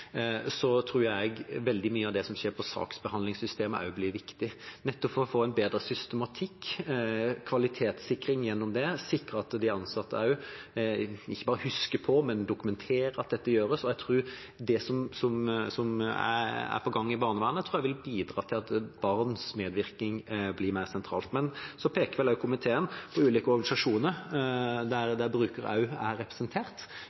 tror jeg veldig mye av det som skjer når det gjelder saksbehandlingssystemet, også blir viktig, nettopp for å få en bedre systematikk, kvalitetssikring gjennom det, sikre at de ansatte ikke bare husker på, men dokumenterer at dette gjøres. Jeg tror det som er på gang i barnevernet, vil bidra til at barns medvirkning blir mer sentralt. Men så peker vel også komiteen på ulike organisasjoner, der brukerne også er representert,